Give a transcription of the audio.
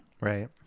Right